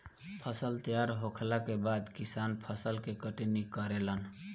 फसल तैयार होखला के बाद किसान फसल के कटनी करेलन